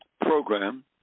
Program